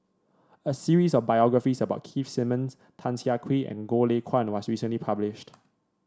a series of biographies about Keith Simmons Tan Siah Kwee and Goh Lay Kuan was recently published